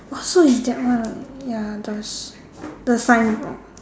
oh so is that one ya the s~ the sign